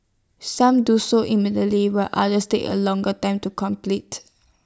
some do so immediately while others take A longer time to complete